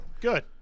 Good